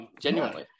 genuinely